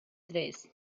tres